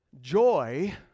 Joy